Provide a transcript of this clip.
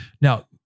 Now